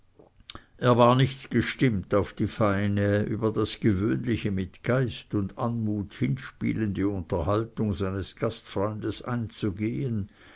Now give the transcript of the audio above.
er war nicht gestimmt auf die feine über das gewöhnliche mit geist und anmut hinspielende unterhaltung seines gastfreundes einzugehen